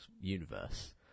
universe